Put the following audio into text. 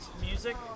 music